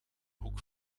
hoek